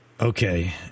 Okay